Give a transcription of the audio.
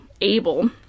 able